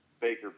baker